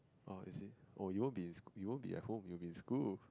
oh is it oh you won't be in school you won't be at home you will be in school